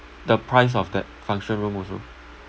the price of that function room also